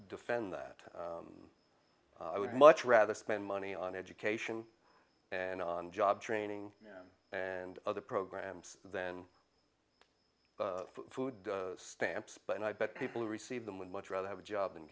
defend that i would much rather spend money on education and on job training and other programs then food stamps but i bet people who receive them would much rather have a job and